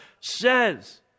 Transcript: says